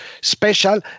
special